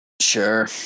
Sure